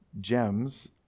gems